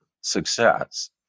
success